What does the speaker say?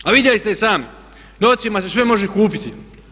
A vidjeli ste i sami, novcima se sve može kupiti.